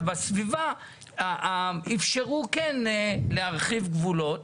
אבל בסביבה איפשרו כן להרחיב גבולות.